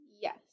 Yes